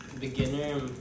beginner